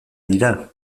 dira